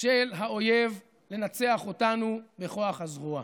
של האויב לנצח אותנו בכוח הזרוע.